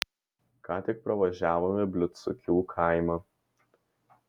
ką tik pravažiavome bliūdsukių kaimą